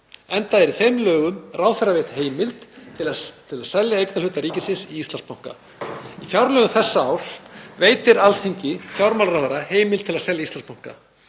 enda er í þeim lögum ráðherra veitt heimild til þess til að selja eignarhluta ríkisins í Íslandsbanka. Í fjárlögum þessa árs veitir Alþingi fjármálaráðherra heimild til að selja Íslandsbanka.